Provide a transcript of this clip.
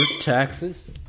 taxes